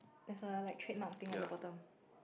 there's a like trademark thing at the bottom